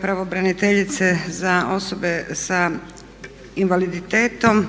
pravobraniteljice za osobe sa invaliditetom